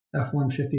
F-150